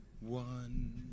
One